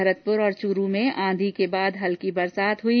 भरतपुर और चूरू में आंधी के बाद हल्की बरसात हुई